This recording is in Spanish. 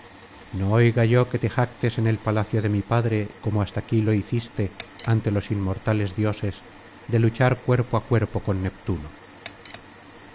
no oiga yo que te jactes en el palacio de mi padre como hasta aquí lo hiciste ante los inmortales dioses de luchar cuerpo á cuerpo con neptuno